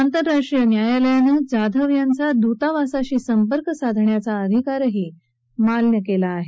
आंतरराष्ट्रीय न्यायालयानं जाधव यांचा दुतावासाशी संपर्क साधण्याचा अधिकारही मान्य केला आहे